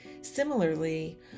Similarly